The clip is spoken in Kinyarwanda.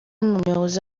n’umuyobozi